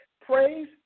Praise